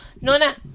Nona